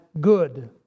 good